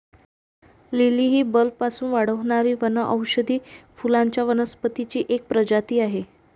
lily ही बल्बपासून वाढणारी वनौषधी फुलांच्या वनस्पतींची एक प्रजाती आहे